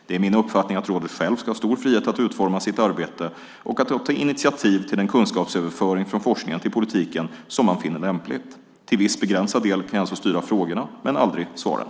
Det är min uppfattning att rådet självt ska ha stor frihet att utforma sitt arbete och att ta initiativ till den kunskapsöverföring från forskningen till politiken som man finner lämpligt. Till viss begränsad del kan jag alltså styra frågorna, men aldrig svaren.